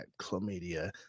chlamydia